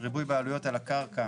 ריבוי בעלויות על הקרקע